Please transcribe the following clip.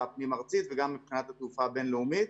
הפנים-ארצית וגם מבחינת התעופה הבין-לאומית.